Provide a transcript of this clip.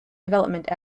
development